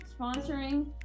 sponsoring